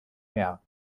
meer